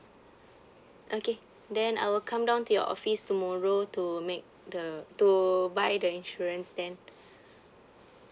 okay then I will come down to your office tomorrow to make the to buy the insurance then